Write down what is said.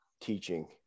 teaching